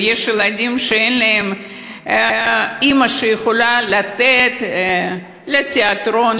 ויש ילדים שאין להם אימא שיכולה לתת כסף לתיאטרון,